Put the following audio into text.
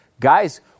Guys